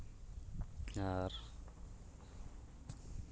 ᱟᱨ